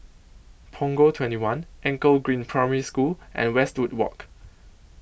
Punggol twenty one Anchor Green Primary School and Westwood Walk